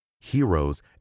heroes